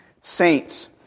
saints